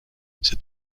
cet